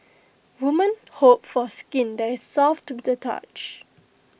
women hope for skin that is soft to the touch